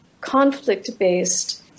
conflict-based